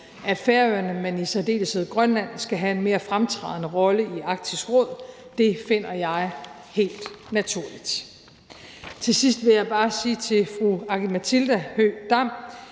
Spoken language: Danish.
at Færøerne, men i særdeleshed Grønland, skal have en mere fremtrædende rolle i Arktisk Råd. Det finder jeg helt naturligt. Så vil jeg bare sige til fru Aki-Matilda Høegh-Dam,